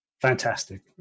Fantastic